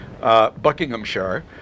Buckinghamshire